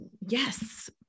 yes